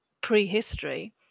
prehistory